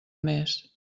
més